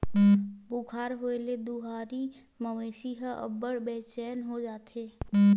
बुखार होए ले दुहानी मवेशी ह अब्बड़ बेचैन हो जाथे